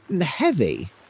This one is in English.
heavy